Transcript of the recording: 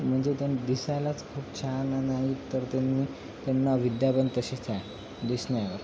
म्हणजे त्याने दिसायलाच खूप छान नाही तर त्यांनी त्यांना विद्या पण तशीच आहे दिसण्यावर